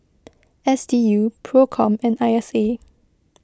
S D U Procom and I S A